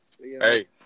Hey